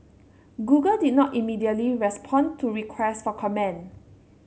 Google did not immediately respond to request for comment